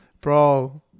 bro